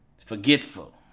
Forgetful